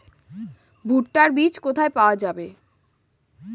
ভুট্টার বিজ কোথায় পাওয়া যাবে?